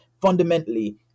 fundamentally